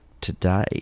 today